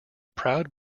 proud